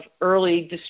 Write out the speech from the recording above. early